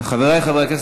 חברי חברי הכנסת,